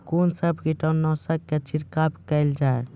कून सब कीटनासक के छिड़काव केल जाय?